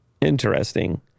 Interesting